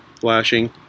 Flashing